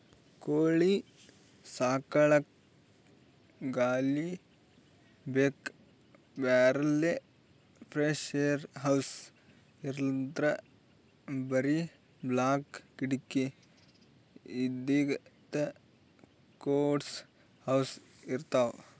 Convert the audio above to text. ಕೋಳಿ ಸಾಕಲಕ್ಕ್ ಗಾಳಿ ಬೆಳಕ್ ಬರಪ್ಲೆ ಫ್ರೆಶ್ಏರ್ ಹೌಸ್ ಇಲ್ಲಂದ್ರ್ ಬರಿ ಬಾಕ್ಲ್ ಕಿಡಕಿ ಇದ್ದಿದ್ ಕ್ಲೋಸ್ಡ್ ಹೌಸ್ ಇರ್ತವ್